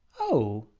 oh,